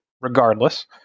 regardless